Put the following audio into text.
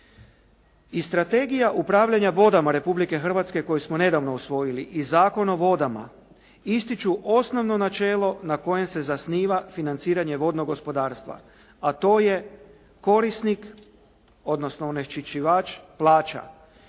I strategija upravljanja vodama Republike Hrvatske koju smo nedavno usvojili i Zakon o vodama ističu osnovno načelo na kojem se zasniva financiranje vodnog gospodarstva a to je korisnik odnosno onečišćivač plaća,